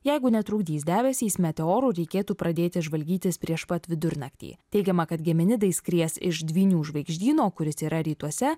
jeigu netrukdys debesys meteorų reikėtų pradėti žvalgytis prieš pat vidurnaktį teigiama kad geminidai skries iš dvynių žvaigždyno kuris yra rytuose